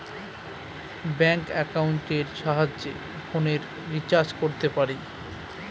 bank একাউন্টের সাহায্যে ফোনের রিচার্জ করতে পারি